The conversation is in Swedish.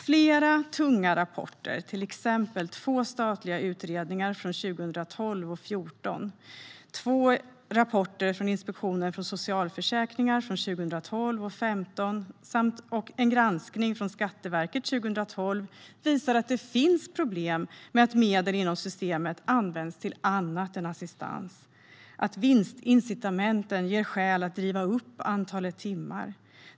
Flera tunga rapporter - till exempel två statliga utredningar från 2012 och 2014, två rapporter från Inspektionen för socialförsäkringen från 2012 och 2015 samt en granskning från Skatteverket från 2012 - visar att det finns problem med att medel inom systemet används till annat än assistans och att vinstincitamenten ger skäl att driva upp antalet timmar.